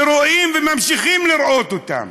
ורואים וממשיכים לראות אותם.